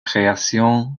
création